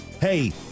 Hey